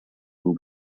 will